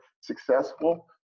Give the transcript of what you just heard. successful